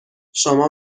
شما